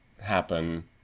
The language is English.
happen